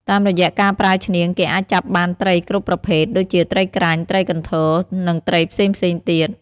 តាមរយៈការប្រើឈ្នាង គេអាចចាប់បានត្រីគ្រប់ប្រភេទ ដូចជាត្រីក្រាញ់ ត្រីកន្ធរ និងត្រីផ្សេងៗទៀត។